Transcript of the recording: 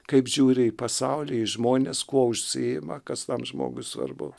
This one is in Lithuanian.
kaip žiūri į pasaulį žmonės kuo užsiima kas tam žmogui svarbu